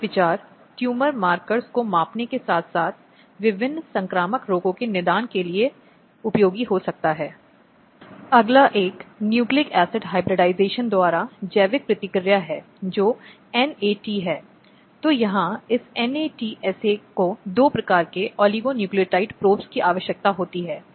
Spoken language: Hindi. पति के रिश्तेदार कभी कभी महिला की आत्महत्या के लिए अग्रणी होते हैं और धारा 498 ए द्वारा इसका ध्यान रखा जाता है